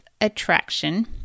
attraction